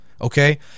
Okay